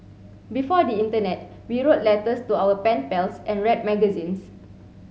before the internet we wrote letters to our pen pals and read magazines